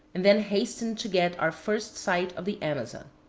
and then hastened to get our first sight of the amazon.